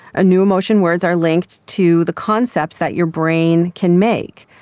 ah new emotion words are linked to the concepts that your brain can make.